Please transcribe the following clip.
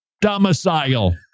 domicile